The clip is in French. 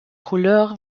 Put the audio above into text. couleur